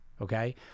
okay